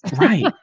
right